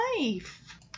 life